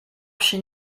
przy